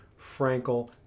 Frankel